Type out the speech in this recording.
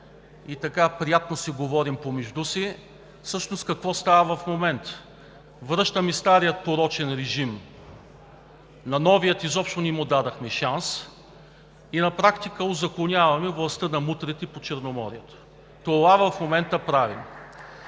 и така приятно си говорим помежду си, всъщност какво става в момента – връщаме стария порочен режим. На новия изобщо не му дадохме шанс и на практика узаконяваме властта на мутрите по Черноморието. (Частични